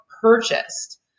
purchased